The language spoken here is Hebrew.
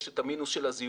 יש את המינוס של הזיהום,